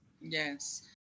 Yes